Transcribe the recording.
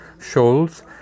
shoals